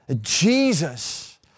Jesus